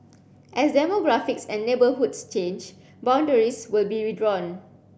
as demographics and neighbourhoods change boundaries will be redrawn